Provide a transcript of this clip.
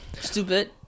Stupid